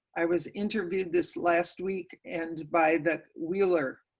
i was interviewed this last week and by the wheeler.